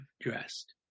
dressed